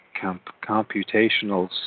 computational